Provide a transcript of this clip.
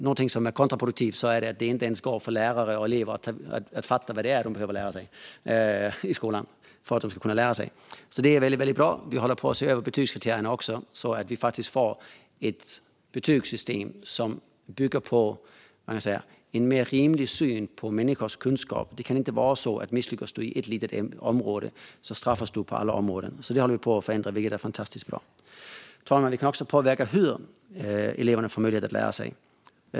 Något som är kontraproduktivt är när lärare och elever inte förstår vad eleverna behöver lära sig i skolan. Vi håller också på att se över betygskriterierna. Vi behöver få ett betygssystem som bygger på en mer rimlig syn på människors kunskap. Det kan inte vara så att om du misslyckas på ett litet område straffas du på alla områden. Det håller vi på att förändra, vilket är fantastiskt bra. Fru talman! Vi kan också påverka hur eleverna får möjlighet att lära sig.